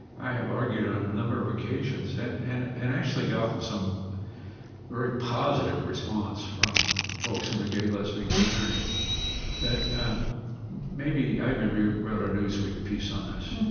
i have argued on a number of occasions and and and actually gotten some very positive response from folks in the gay lesbian community that maybe i even wrote a newsweek piece on this